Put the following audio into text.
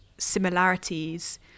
similarities